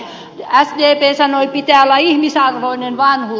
sdp sanoi että pitää olla ihmisarvoinen vanhuus